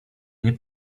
nie